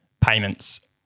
payments